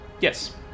Yes